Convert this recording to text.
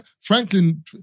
Franklin